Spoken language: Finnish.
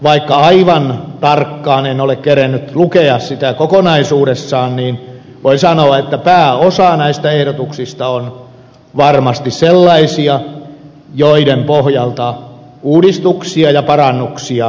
vaikka aivan tarkkaan kokonaisuudessaan en ole kerennyt sitä lukea niin voin sanoa että pääosa näistä ehdotuksista on varmasti sellaisia joiden pohjalta uudistuksia ja parannuksia kannattaa tehdä